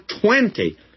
twenty